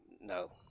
No